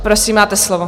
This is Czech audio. Prosím, máte slovo.